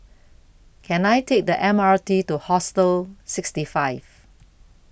Can I Take The M R T to Hostel sixty five